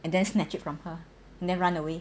and then snatched it from her and then run away